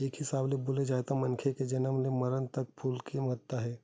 एक हिसाब ले बोले जाए तो मनखे के जनम ले मरन तक फूल के महत्ता हे